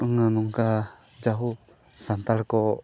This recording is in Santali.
ᱚᱱᱟ ᱱᱚᱝᱠᱟ ᱡᱟᱭᱦᱳᱠ ᱥᱟᱱᱛᱟᱲ ᱠᱚ